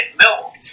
milk